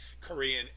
Korean